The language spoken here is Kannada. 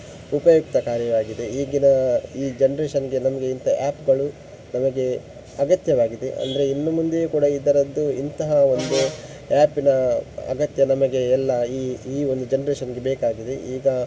ಉಪಯುಕ್ತಕಾರಿಯಾಗಿದೆ ಈಗಿನ ಈ ಜನ್ರೇಷನ್ಗೆ ನಮಗೆ ಇಂಥ ಆ್ಯಪ್ಗಳು ನಮಗೆ ಅಗತ್ಯವಾಗಿದೆ ಅಂದರೆ ಇನ್ನು ಮುಂದೆಯೂ ಕೂಡ ಈ ಥರದ್ದು ಇಂತಹ ಒಂದು ಆ್ಯಪಿನ ಅಗತ್ಯ ನಮಗೆ ಎಲ್ಲ ಇ ಈ ಒಂದು ಜನ್ರೇಷನ್ಗೆ ಬೇಕಾಗಿದೆ ಈಗ